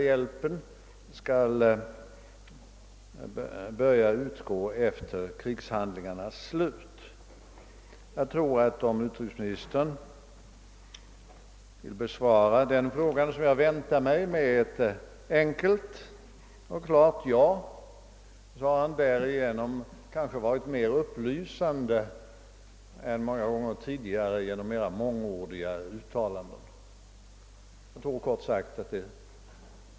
Det skulle vara värdefullt om utrikesministern vill besvara frågan, om han instämmer häri, med ett som jag väntar mig enkelt och klart ja. Detta skulle kanske vara mera upplysande än en del tidigare men mångordiga uttalanden.